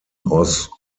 aus